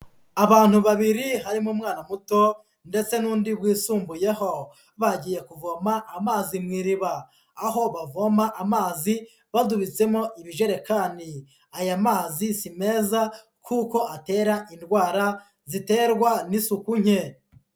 Abantu babiri harimo umwana muto ndetse n'undi wisumbuyeho, bagiye kuvoma amazi mu iriba aho bavoma amazi badubitsemo ibijerekani, aya mazi si meza kuko atera indwara ziterwa n'isuku nke.